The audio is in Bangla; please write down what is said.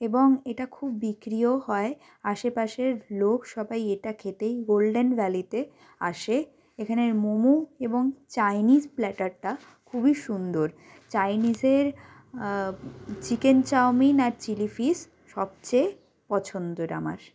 এবং এটা খুব বিক্রিও হয় আশেপাশের লোক সবাই এটা খেতেই গোল্ডেন ভ্যালিতে আসে এখানের মোমো এবং চাইনিস প্ল্যাটারটা খুবই সুন্দর চাইনিসের চিকেন চাউমিন আর চিলি ফিস সবচেয়ে পছন্দের আমার